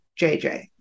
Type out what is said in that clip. JJ